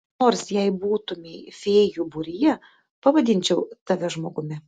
nors jei būtumei fėjų būryje pavadinčiau tave žmogumi